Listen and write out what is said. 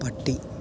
പട്ടി